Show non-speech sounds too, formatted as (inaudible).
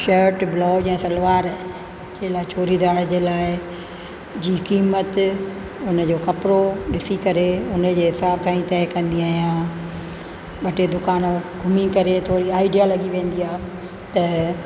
shirt blouse ऐं सलवार (unintelligible) जे लाइ जी क़ीमत उनजो कपिड़ो ॾिसी करे उनजे हिसाब सां ई तय कंदी आहियां ॿ टे दुकान घुमी करे थोरी आइडिया लॻी वेंदी आहे त